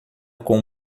com